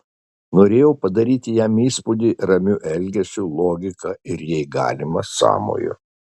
norėjau padaryti jam įspūdį ramiu elgesiu logika ir jei galima sąmoju